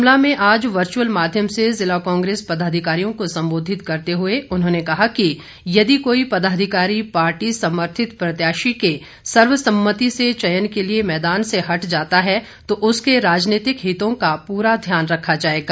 शिमला में आज वर्चुअल माध्यम से जिला कांग्रेस पदाधिकारियों को संबोधित करते हुए उन्होंने कहा कि यदि कोई पदाधिकारी पार्टी समर्थित प्रत्याशी के सर्वसम्मति से चयन के लिए मैदान से हट जाता है तो उसके राजनीतिक हितों का पूरा ध्यान रखा जाएगा